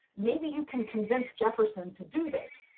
maybe you can convince jefferson to do this.